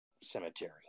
cemetery